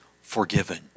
forgiven